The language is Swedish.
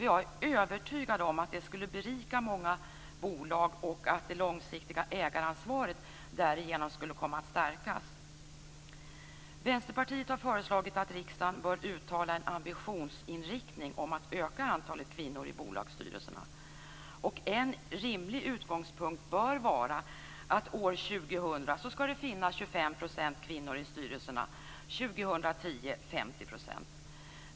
Jag är övertygad om att det skulle berika många bolag och att det långsiktiga ägaransvaret därigenom skulle komma att stärkas. Vänsterpartiet har föreslagit att riksdagen bör uttala en ambitionsinriktning om att öka antalet kvinnor i bolagsstyrelserna. En rimlig utgångspunkt bör vara att år 2000 skall det finnas 25 % kvinnor i styrelserna och 50 % år 2010.